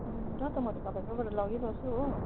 र त म त तपाईँकैबाट लगिबस्छु हो